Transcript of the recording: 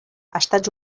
estats